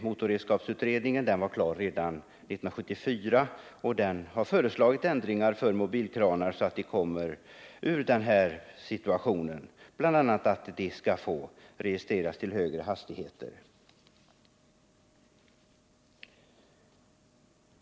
Motorredskapsutredningen var ju klar redan 1974, och den har föreslagit ändringar i bestämmelserna beträffande mobilkranar för att avhjälpa missförhållandena. BI. a. har man föreslagit att mobilkranar skall få registreras för högre hastigheter.